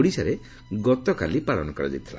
ଓଡ଼ିଶାରେ ଗତକାଲି ପାଳନ କରାଯାଇଥିଲା